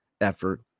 effort